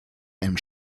einem